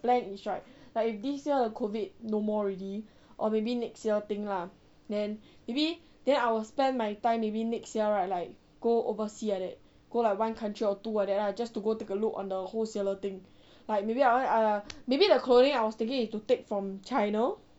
plan is right this year the COVID no more already or maybe next year thing lah then maybe then I will spend my time maybe next year right like go oversea like that go like one country or two like that lah just to go take a look on the wholesaler thing like maybe I want to I maybe the clothing I was thinking is to take from china